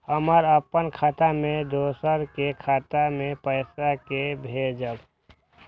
हम अपन खाता से दोसर के खाता मे पैसा के भेजब?